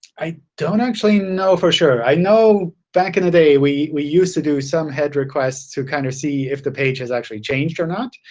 i don't actually know for sure. i know back in the day, we we used to do some head requests to kind of see if the page has actually changed or not.